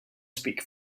speak